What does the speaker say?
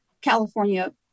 California